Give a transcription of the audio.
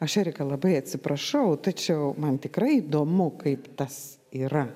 aš erika labai atsiprašau tačiau man tikrai įdomu kaip tas yra